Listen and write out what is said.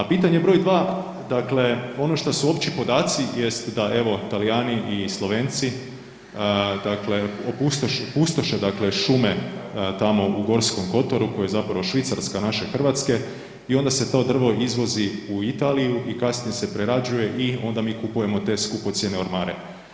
A pitanje broj dva, dakle ono što su opći podaci jest da evo Talijani i Slovenci, dakle pustoše dakle šume tamo u Gorskom kotaru koji je zapravo Švicarska naše Hrvatske i onda se to drvo izvozi u Italiju i kasnije se prerađuje i onda mi kupujemo te skupocjene ormare.